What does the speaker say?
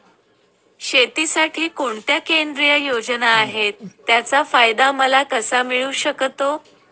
शेतीसाठी कोणत्या केंद्रिय योजना आहेत, त्याचा फायदा मला कसा मिळू शकतो?